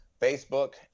Facebook